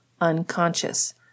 unconscious